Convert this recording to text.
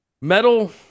metal